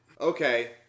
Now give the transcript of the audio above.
Okay